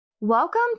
Welcome